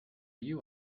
you